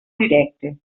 directe